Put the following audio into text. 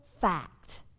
fact